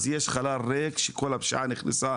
אז יש חלל ריק שכל הפשיעה נכנסה